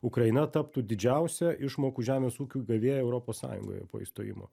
ukraina taptų didžiausia išmokų žemės ūkiui gavėja europos sąjungoje po įstojimo